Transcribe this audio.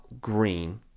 green